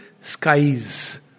skies